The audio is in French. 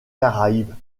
caraïbes